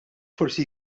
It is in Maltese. forsi